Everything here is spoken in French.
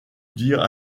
dire